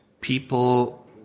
people